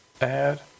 Add